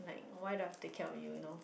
like why do I take care of you you know